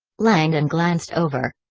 langdon glanced over.